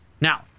Now